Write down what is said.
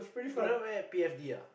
you don't even have P_F_D ah